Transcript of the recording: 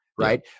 Right